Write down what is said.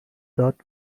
داد